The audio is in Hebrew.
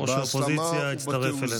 ראש האופוזיציה הצטרף אלינו.